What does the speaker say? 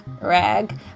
rag